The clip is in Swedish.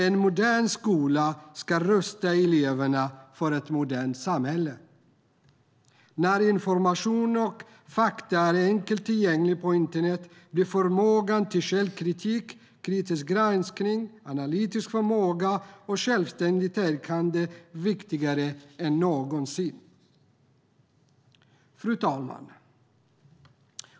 En modern skola ska rusta eleverna för ett modernt samhälle. När information och fakta är enkelt tillgänglig på internet blir förmågan till källkritik, kritisk granskning, analytisk förmåga och självständigt tänkande viktigare än någonsin. Fru talman!